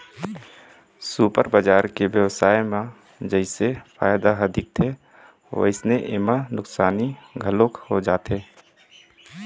super बजार के बेवसाय म जइसे फायदा ह दिखथे वइसने एमा नुकसानी घलोक हो जाथे